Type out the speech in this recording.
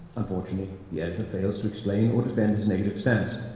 unfortunately, the editor fails to explain or defend his negative stance.